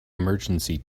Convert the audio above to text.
emergency